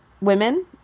women